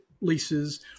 leases